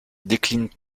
décline